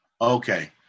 Okay